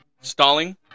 Stalling